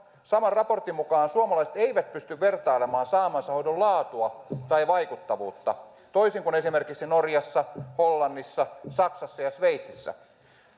saman raportin mukaan suomalaiset eivät pysty vertailemaan saamansa hoidon laatua tai vaikuttavuutta toisin kuin esimerkiksi norjassa hollannissa saksassa ja sveitsissä